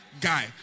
guy